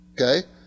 Okay